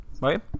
right